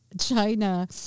China